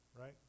right